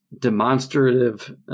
demonstrative